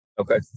Okay